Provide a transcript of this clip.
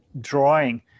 drawing